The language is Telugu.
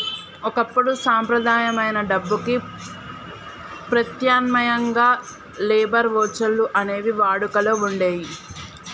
ఒకప్పుడు సంప్రదాయమైన డబ్బుకి ప్రత్యామ్నాయంగా లేబర్ వోచర్లు అనేవి వాడుకలో వుండేయ్యి